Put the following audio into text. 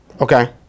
Okay